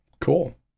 Cool